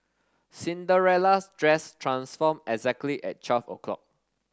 Cinderella's dress transformed exactly at twelve o'clock